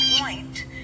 point